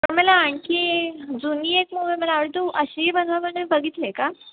पण मला आणखी जुनी एक मूव्ही मला आवडते तू अशी ही बनवाबनवी बघितली आहे का